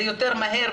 זה יותר מהר,